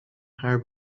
haar